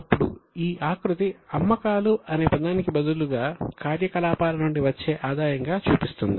ఇప్పుడు ఈ ఆకృతి అమ్మకాలు అనే పదానికి బదులుగా కార్యకలాపాల నుండి వచ్చే ఆదాయం గా చూపిస్తుంది